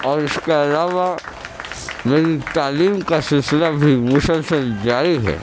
اور اس کے علاوہ میری تعلیم کا سلسلہ بھی مسلسل جاری ہے